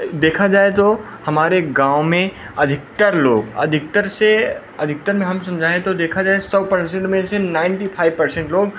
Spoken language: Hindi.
देखा जाए तो हमारे गाँव में अधिकतर लोग अधिकतर से अधिकतर में हम समझाएं तो देखा जाए सौ पर्सेन्ट में से नाइन्टी फाइव पर्सेन्ट लोग